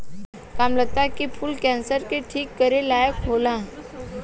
कामलता के फूल कैंसर के ठीक करे लायक होला